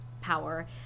power